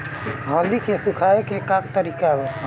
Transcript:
हल्दी के सुखावे के का तरीका ह?